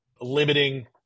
limiting